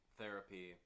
therapy